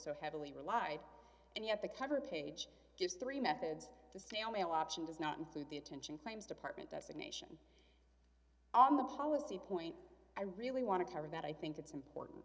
so heavily relied and yet the cover page gives three methods the snail mail option does not include the attention claims department designation on the policy point i really want to cover that i think it's important